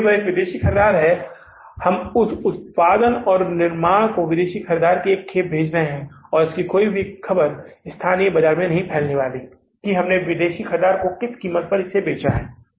चूँकि वह एक विदेशी ख़रीदार है हम उस उत्पादन और निर्माण को उस विदेशी ख़रीदार को एक खेप भेज रहे हैं और कोई भी खबर स्थानीय बाजार में नहीं फैलने वाली है कि हमने विदेशी ख़रीदार को किस कीमत पर बेचा है